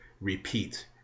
repeat